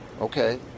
okay